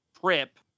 trip